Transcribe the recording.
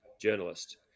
journalist